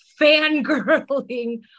fangirling